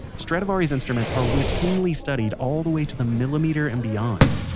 stradivari's instruments are routinely studied all the way to the millimeter and beyond